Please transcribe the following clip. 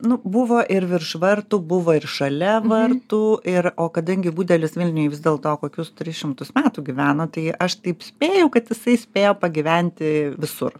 nu buvo ir virš vartų buvo ir šalia vartų ir o kadangi budelis vilniuj vis dėlto kokius tris šimtus metų gyveno tai aš taip spėju kad jisai spėjo pagyventi visur